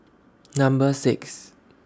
Number six